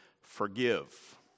Forgive